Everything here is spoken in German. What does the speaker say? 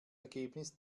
ergebnis